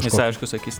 jis aišku sakys